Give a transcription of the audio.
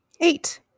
Eight